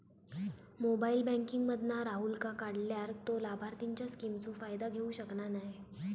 mobile banking मधना राहूलका काढल्यार तो लाभार्थींच्या स्किमचो फायदो घेऊ शकना नाय